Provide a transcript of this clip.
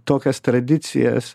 tokias tradicijas